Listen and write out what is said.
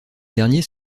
derniers